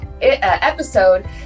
episode